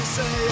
say